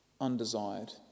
undesired